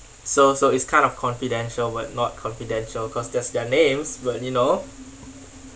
so so it's kind of confidential but not confidential cause that's their names but you know